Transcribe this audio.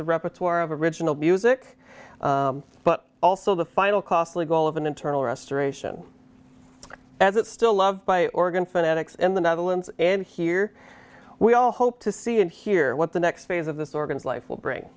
the repertoire of original music but also the final costly goal of an internal restoration as it's still loved by organ fanatics in the netherlands and here we all hope to see and hear what the next phase of this organ's life will bring